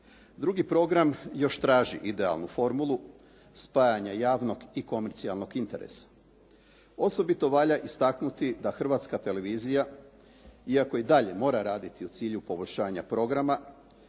Drugi program još traži idealnu formulu spajanja javnog i komercijalnog interesa. Osobito valja istaknuti da Hrvatska televizija iako i dalje mora raditi u cilju poboljšanja programa,